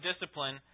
discipline